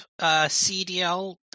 CDL